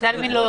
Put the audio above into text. בתי עלמין לא.